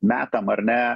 metam ar ne